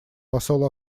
посол